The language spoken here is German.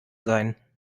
sein